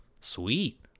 Sweet